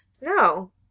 No